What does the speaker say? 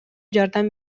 жардам